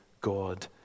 God